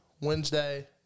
Wednesday